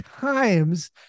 times